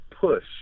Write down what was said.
push